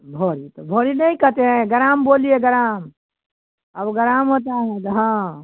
भरी तो भरी नहीं कहते हैं ग्राम बोलिए ग्राम अब ग्राम होता है हाँ